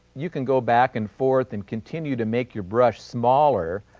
you can go back and forth and continue to make your brush smaller